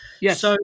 Yes